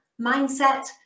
mindset